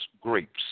grapes